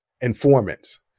informants